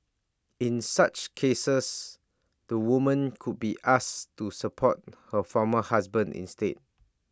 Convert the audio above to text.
in such cases the woman could be asked to support her former husband instead